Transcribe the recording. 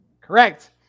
correct